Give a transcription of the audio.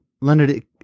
Leonard